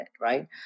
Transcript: right